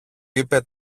είπε